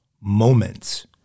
moments